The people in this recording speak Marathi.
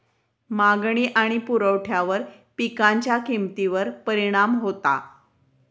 मागणी आणि पुरवठ्यावर पिकांच्या किमतीवर परिणाम होता